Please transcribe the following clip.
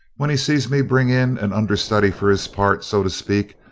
when he sees me bring in an understudy for his part, so to speak,